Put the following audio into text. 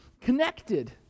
connected